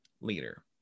leader